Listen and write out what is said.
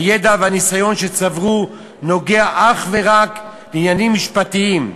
הידע והניסיון שצברו נוגע אך ורק לעניינים משפטיים,